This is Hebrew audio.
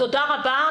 תודה רבה.